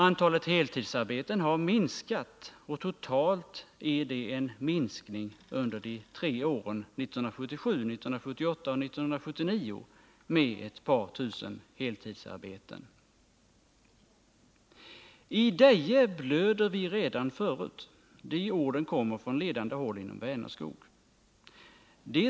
Antalet heltidsarbeten har minskat, och totalt är det en minskning under de tre åren 1977, 1978 och 1979 med ett par tusen heltidsarbeten. ”T Deje blöder vi redan förut.” De orden kommer från ledande håll inom Vänerskog.